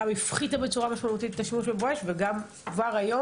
השימוש במכתזית, גם במים, גם בבואש וגם בצבע,